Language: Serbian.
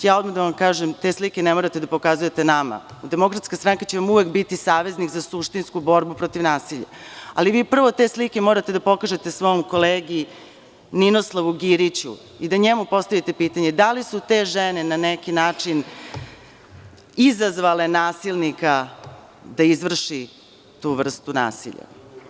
Moram da vam kažem, te slike ne morate da pokazujete nama, DS će vam uvek biti saveznik za suštinsku borbu protiv nasilja ali vi prvo te slike morate da pokažete svom kolegi Ninoslavu Giriću i da njemu postavite pitanje da li su te žene na neki način izazvale nasilnika da izvrši tu vrstu nasilja.